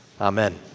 Amen